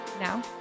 Now